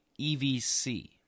EVC